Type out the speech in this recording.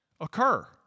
occur